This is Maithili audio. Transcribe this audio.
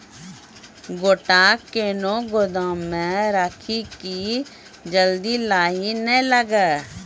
गोटा कैनो गोदाम मे रखी की जल्दी लाही नए लगा?